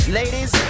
ladies